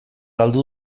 galdu